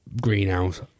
greenhouse